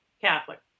Catholic